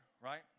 right